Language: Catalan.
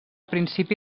principi